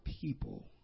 people